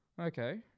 Okay